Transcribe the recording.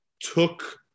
took